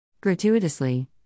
Gratuitously